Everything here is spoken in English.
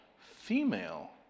female